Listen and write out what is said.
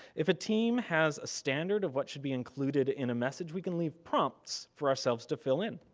if a team has a standard of what should be included in a message, we can leave prompts for ourselves to fill in.